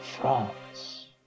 France